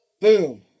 boom